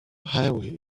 highway